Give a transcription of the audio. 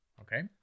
Okay